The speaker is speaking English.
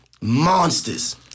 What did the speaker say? Monsters